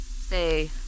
Say